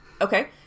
okay